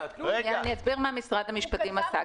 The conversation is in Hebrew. אסביר מה משרד המשפטים עשה.